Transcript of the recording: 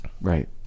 Right